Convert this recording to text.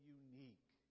unique